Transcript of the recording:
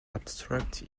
abstract